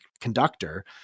conductor